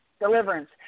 Deliverance